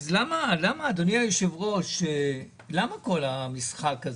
אדוני היושב-ראש, למה כל המשחק הזה?